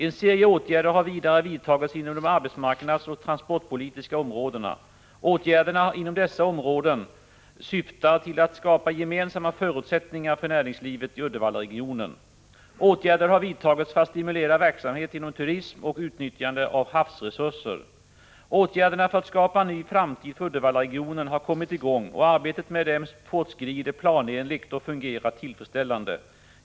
En serie åtgärder har vidare vidtagits inom de arbetsmarknadsoch transportpolitiska områdena. Åtgärderna inom dessa områden syftar till att skapa gynnsamma förutsättningar för näringslivet i Uddevallaregionen. Åtgärder har vidtagits för att stimulera verksamhet inom turism och utnyttjandet av havsresurser. Åtgärderna för att skapa en ny framtid för Uddevallaregionen har kommit i gång och arbetet med dem fortskrider planenligt och fungerar tillfredsställande.